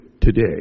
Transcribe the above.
today